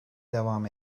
devam